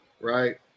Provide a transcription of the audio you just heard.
right